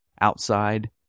outside